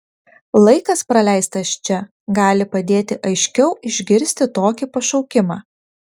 laikas praleistas čia gali padėti aiškiau išgirsti tokį pašaukimą